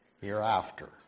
hereafter